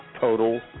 total